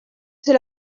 c’est